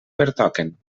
pertoquen